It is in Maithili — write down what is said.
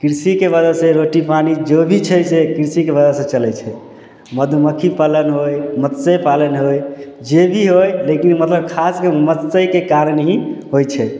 कृषिके वजहसे रोटी पानी जो भी छै से कृषिके वजहसे चलै छै मधुमक्खी पालन होइ मत्स्ये पालन होइ जे भी होइ लेकिन मतलब खासकऽ के मत्स्येके कारण ही होइ छै